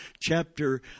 chapter